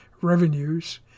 revenues